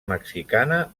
mexicana